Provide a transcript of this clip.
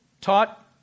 taught